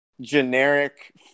generic